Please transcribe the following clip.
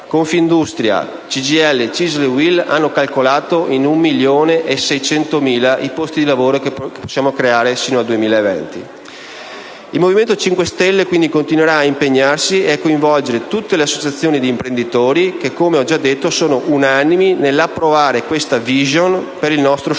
Confindustria, CGIL, CISL e UIL hanno calcolato in 1,6 milioni i posti di lavoro che possiamo creare fino al 2020. Il Movimento 5 Stelle, quindi, continuerà ad impegnarsi e a coinvolgere tutte le associazioni di imprenditori che - come ho già evidenziato - sono unanimi nell'approvare questa *vision* per il nostro futuro.